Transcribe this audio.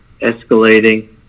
escalating